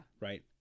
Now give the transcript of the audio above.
Right